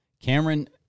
Cameron